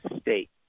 state